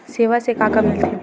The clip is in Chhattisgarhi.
सेवा से का का मिलथे?